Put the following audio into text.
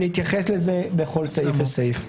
ונתייחס לזה בכל סעיף וסעיף.